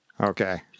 Okay